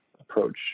approach